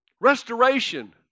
Restoration